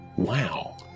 wow